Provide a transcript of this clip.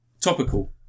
Topical